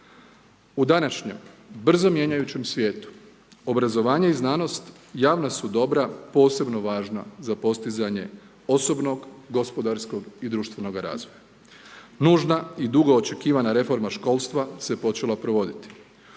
U današnjem, brzo mijenjajućem svijetu, obrazovanje i znanost javna su dobra posebno važna za postizanje osobnog, gospodarskog i društvenoga razvoja. Nužna i dugo očekivana reforma školstva se počela provoditi.